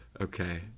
okay